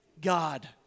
God